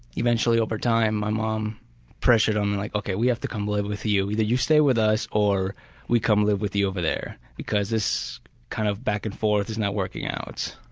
eventually overtime my mom pressured him, and like okay we have to come live with you, either you stay with us or we come live with you over there because this kind of back and forth is not working out.